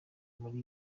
muri